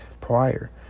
prior